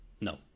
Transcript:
No